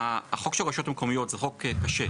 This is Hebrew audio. החוק של הרשויות המקומיות זה חוק קשה.